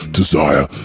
desire